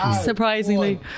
surprisingly